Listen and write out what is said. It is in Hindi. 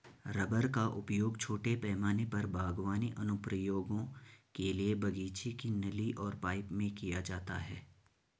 रबर का उपयोग छोटे पैमाने पर बागवानी अनुप्रयोगों के लिए बगीचे की नली और पाइप में किया जाता है